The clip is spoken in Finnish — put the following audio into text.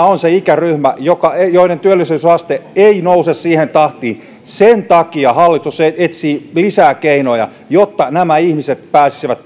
on se ikäryhmä jonka työllisyysaste ei nouse siihen tahtiin sen takia hallitus etsii lisää keinoja jotta nämä ihmiset pääsisivät